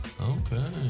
Okay